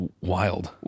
wild